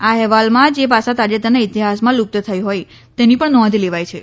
આ અહેવાલમાં જે ભાષા તાજેતરના ઇતિહાસમાં લુપ્ત થઇ હોય તેની પણ નોંધ લેવાય છે